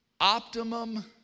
optimum